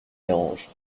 dérange